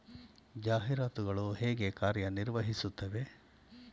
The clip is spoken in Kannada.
ಜಾಹೀರಾತುಗಳು ಹೇಗೆ ಕಾರ್ಯ ನಿರ್ವಹಿಸುತ್ತವೆ?